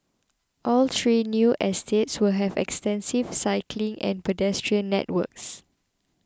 all three new estates will have extensive cycling and pedestrian networks